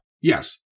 Yes